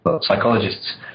psychologists